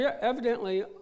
evidently